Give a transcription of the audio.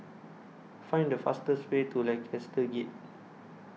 Find The fastest Way to Lancaster Gate